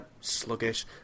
sluggish